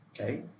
Okay